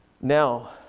Now